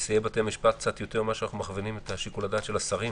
נשיאי בתי המשפט קצת יותר משאנחנו מכווינים את שיקול הדעת של השרים,